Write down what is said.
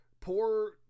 poor